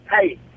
hey